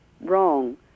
wrong